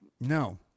No